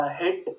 hit